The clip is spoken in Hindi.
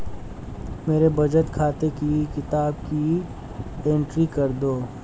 मेरे बचत खाते की किताब की एंट्री कर दो?